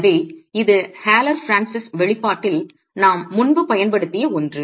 எனவே இது ஹாலர் பிரான்சிஸ் வெளிப்பாட்டில் நாம் முன்பு பயன்படுத்திய ஒன்று